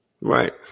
Right